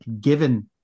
given